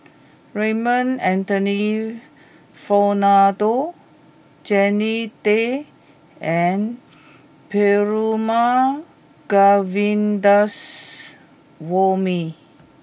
Raymond Anthony Fernando Jannie Tay and Perumal Govindaswamy